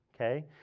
okay